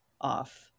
off